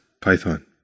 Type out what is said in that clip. Python